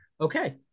okay